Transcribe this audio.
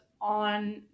on